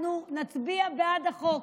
אנחנו נצביע בעד החוק,